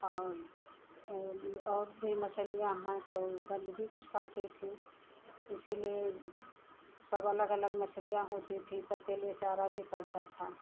और और भी मछलियाँ हैं तो गन्दगी कुछ खाती थी इसीलिए सब अलग अलग मछलियाँ होती थीं सबके लिए चारा भी पड़ता था